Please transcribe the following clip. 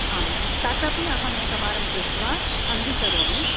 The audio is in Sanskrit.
आं तदपि अहमेकवारं पृष्ट्वा अङ्गीकरोमि